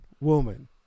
woman